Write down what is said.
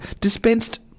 dispensed